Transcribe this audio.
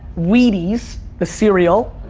wheaties, the cereal,